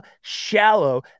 shallow